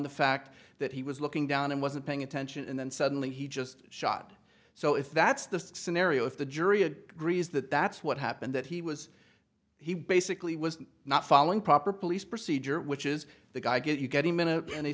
the fact that he was looking down and wasn't paying attention and then suddenly he just shot so if that's the scenario if the jury agrees that that's what happened that he was he basically was not following proper police procedure which is the guy get you get him in